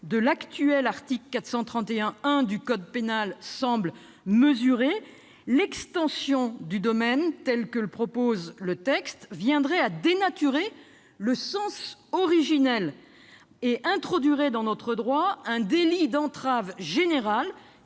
de l'actuel article 431-1 du code pénal semblent mesurés, l'extension du domaine, telle que la propose le texte, viendrait à dénaturer le sens originel et introduirait dans notre droit un délit d'entrave général